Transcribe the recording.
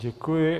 Děkuji.